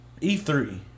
E3